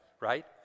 Right